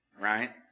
right